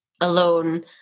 alone